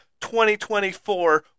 2024